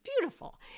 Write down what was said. beautiful